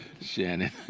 Shannon